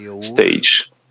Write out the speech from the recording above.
stage